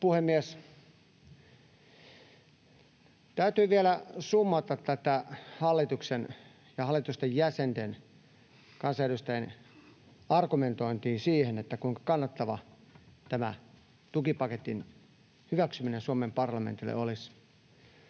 puhemies! Täytyy vielä summata tätä hallituksen ja hallituksen kansanedustajien argumentointia siitä, kuinka kannattavaa tämän tukipaketin hyväksyminen Suomen parlamentille olisi.